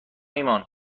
ایمان